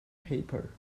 paper